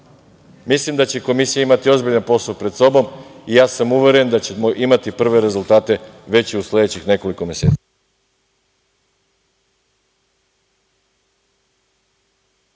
Mislim da će Komisija imati ozbiljan posao pred sobom. Ja sam uveren da ćemo imati prve rezultate već u sledećih nekoliko meseci.